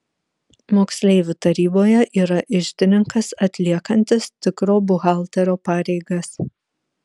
moksleivių taryboje yra iždininkas atliekantis tikro buhalterio pareigas